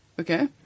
Okay